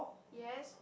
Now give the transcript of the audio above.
yes